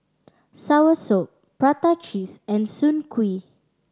soursop prata cheese and Soon Kuih